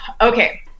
Okay